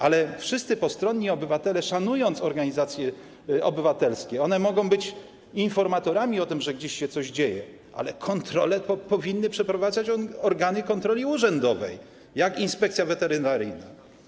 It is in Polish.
Ale wszyscy postronni obywatele, szanując organizacje obywatelskie, mogą być informatorami w sprawie, że gdzieś się coś dzieje, ale kontrole powinny przeprowadzać organy kontroli urzędowej takie jak inspekcja weterynaryjna.